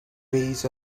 ways